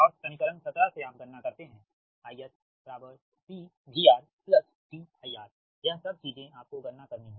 और समीकरण 17 से आप गणना करते है IS C VRDIR यह सब चीजें आपको गणना करनी हैं